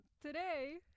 today